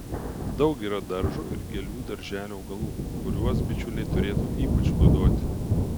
daug yra daržo ir gėlių darželių augalų kuriuos bičiuliai turėtų ypač godoti